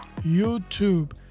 YouTube